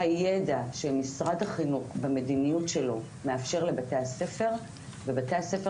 הידע שמשרד החינוך במדיניות שלו מאפשר לבתי הספר ובתי הספר